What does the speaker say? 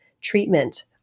treatment